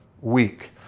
week